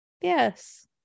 yes